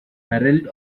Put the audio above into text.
herald